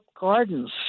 gardens